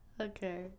Okay